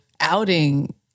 outing